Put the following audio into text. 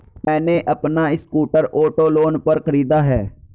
मैने अपना scooter auto loan पर खरीदा है